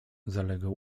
zalegał